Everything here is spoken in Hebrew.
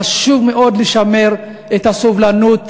חשוב מאוד לשמר את הסובלנות,